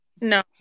No